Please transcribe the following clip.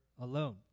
alone